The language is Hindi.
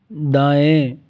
दायें